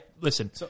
Listen